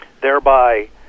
Thereby